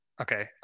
Okay